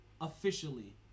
officially